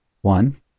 One